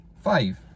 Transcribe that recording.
Five